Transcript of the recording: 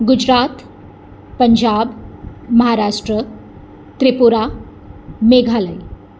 Gujarat Punjab Maharashtra Tripura Meghalaya